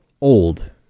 old